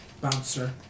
bouncer